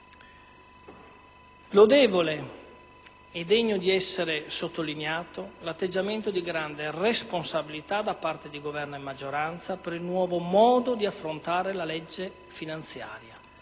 Lodevole e degno di essere sottolineato è l'atteggiamento di grande responsabilità di Governo e maggioranza per il nuovo modo di affrontare la legge finanziaria,